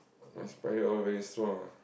my spider all very strong ah